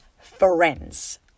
friends